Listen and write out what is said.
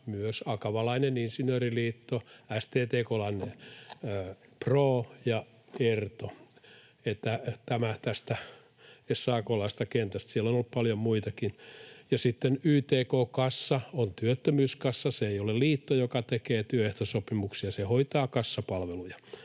myös akavalainen Insinööriliitto, STTK:lainen Pro ja ERTO. Että tämä tästä SAK:laisesta kentästä. Siellä on ollut paljon muitakin. Ja sitten YTK-kassa on työttömyyskassa. Se ei ole liitto, joka tekee työehtosopimuksia. Se hoitaa kassapalveluja